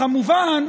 כמובן,